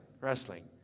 wrestling